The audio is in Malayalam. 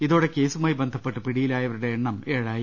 ഇതോടെ കേസുമായി ബന്ധപ്പെട്ട് പിടിയിലായവരുടെ എണ്ണം ഏഴ് ആയി